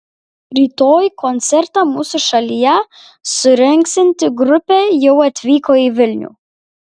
rytoj koncertą mūsų šalyje surengsianti grupė jau atvyko į vilnių